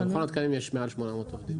במכון התקנים יש מעל 800 עובדים.